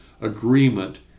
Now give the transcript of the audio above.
agreement